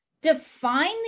define